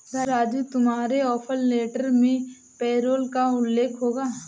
राजू तुम्हारे offer letter में payroll का उल्लेख होगा